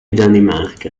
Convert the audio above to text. danimarca